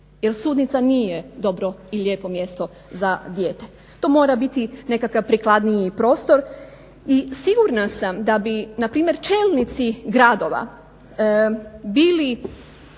Jer sudnica nije dobro i lijepo mjesto za dijete. To mora biti nekakav prikladniji prostor. I sigurna sam da bi npr. čelnici gradova bili